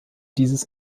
dieses